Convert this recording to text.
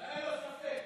לא היה לו ספק.